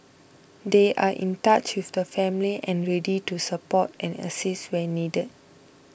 they are in touch with the family and ready to support and assist where needed